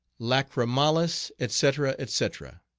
lachrymalis, etc, etc.